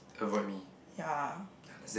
yeah